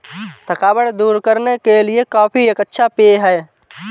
थकावट दूर करने के लिए कॉफी एक अच्छा पेय है